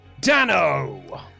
Dano